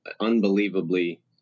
unbelievably